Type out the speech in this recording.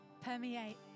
permeate